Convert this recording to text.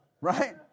Right